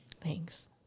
thanks